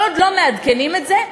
כל עוד לא מעדכנים את זה,